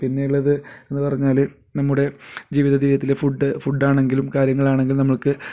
പിന്നെ ഉള്ളത് എന്നു പറഞ്ഞാൽ നമ്മുടെ ജീവിത തിരിയത്തിൽ ഫുഡ് ഫുഡാണെങ്കിലും കാര്യങ്ങളാണെങ്കിലും നമ്മൾക്ക്